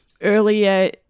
earlier